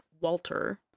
Walter